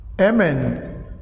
Amen